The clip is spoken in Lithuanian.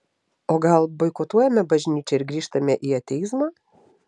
o gal boikotuojame bažnyčią ir grįžtame į ateizmą